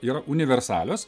yra universalios